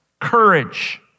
courage